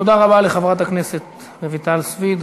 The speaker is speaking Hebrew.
תודה רבה לחברת הכנסת רויטל סויד.